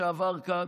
שעבר כאן,